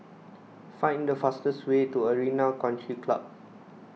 find the fastest way to Arena Country Club